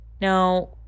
now